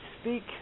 speak